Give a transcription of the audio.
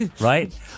right